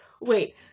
wait